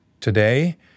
today